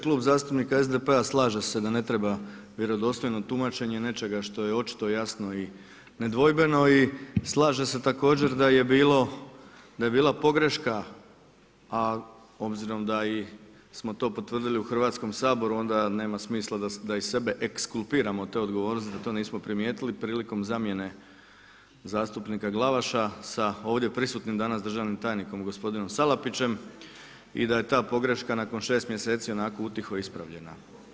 Klub zastupnika SDP-a slaže se da ne treba vjerodostojno tumačenje nečega što je očito jasno i nedvojbeno i slaže se također da je bila pogreška, a obzirom da i smo to potvrdili u Hrvatskom saboru, onda nema smisla da i sebe ... od te odgovornosti da to nismo primijetili prilikom zamjene zastupnika Glavaša sa ovdje prisutnim danas državnim tajnikom, gospodinom Salapićem i da je ta pogreška nakon 6 mjeseci onako utiho ispravljena.